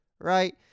right